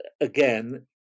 again